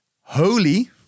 holy